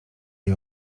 jej